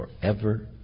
forever